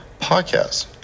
podcast